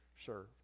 serve